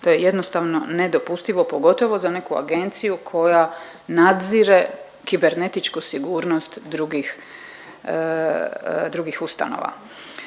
To je jednostavno nedopustivo pogotovo za neku agenciju koja nadzire kibernetičku sigurnost drugih, drugih ustanova.